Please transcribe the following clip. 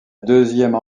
deuxième